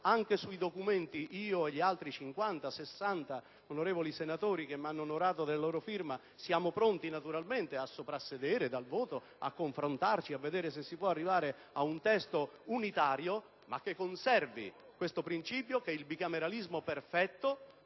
anche sui documenti, io e gli altri 50 o 60 onorevoli senatori che mi hanno onorato della loro firma siamo pronti naturalmente a soprassedere al voto, a confrontarci, a vedere se si può arrivare ad un testo unitario, che conservi però il principio che il bicameralismo perfetto